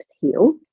heal